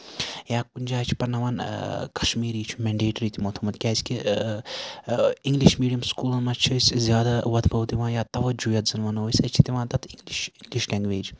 یا کُنہِ جایہِ چھِ پَرناوان کَشمیٖرِ چھُ مینڈیٹری چھ تِمو تھومُت کیازِ کہِ اِنگلِش میٖڈیم سکوٗلن منٛز چھِ أسۍ زیادٕ وۄتھٕ بَو دِوان یا تَوجوٗ یَتھ زَن وَنو أسۍ أسۍ چھِ دِوان تَتھ اِنگلِش لینگویج